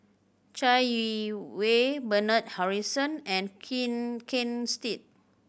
Chai Yee Wei Bernard Harrison and Ken Ken Seet